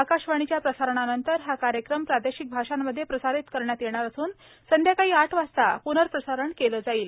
आकाशवाणी प्रसारणानंतर हा कार्यक्रम प्रादेशिक भाषांमध्ये प्रसारित करण्यात येणार असून संध्याकाळी आठ वाजता प्नःप्रसारण केलं जाईल